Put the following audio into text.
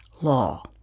law